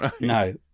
no